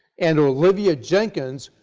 and olivia jenkins,